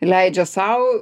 leidžia sau